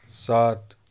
سات